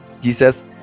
Jesus